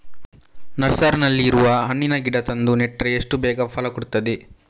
ನರ್ಸರಿನಲ್ಲಿ ಇರುವ ಹಣ್ಣಿನ ಗಿಡ ತಂದು ನೆಟ್ರೆ ಎಷ್ಟು ಬೇಗ ಫಲ ಕೊಡ್ತದೆ